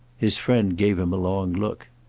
his friend gave him a long look.